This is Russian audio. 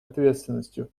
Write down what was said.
ответственностью